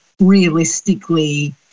realistically